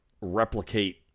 replicate